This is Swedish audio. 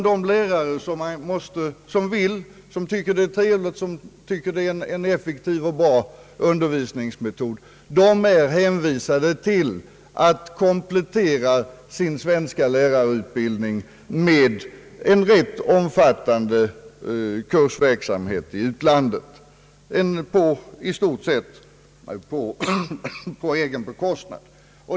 De lärare som finner undervisningsmetoden effektiv och bra är hänvisade till att komplettera sin svenska lärarutbildning med en rätt omfattande kursverksamhet i utlandet, i stort sett på egen bekostnad.